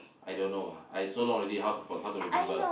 I don't know ah I so long already how to f~ how to remember